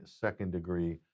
second-degree